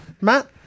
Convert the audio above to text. Matt